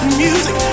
music